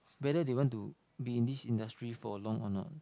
whether they want to be in this industry for long or not